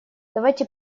давайте